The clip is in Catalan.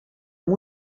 amb